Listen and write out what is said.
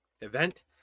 event